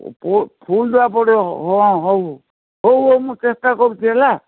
ଫୁଲ୍ ଦେବାକୁ ପଡ଼ିବ ହଁ ହଉ ହଉ ହଉ ମୁଁ ଚେଷ୍ଟା କରୁଛି ହେଲା